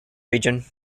region